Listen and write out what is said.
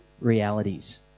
realities